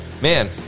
man